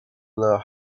the